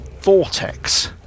vortex